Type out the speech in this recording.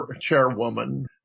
chairwoman